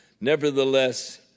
Nevertheless